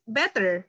better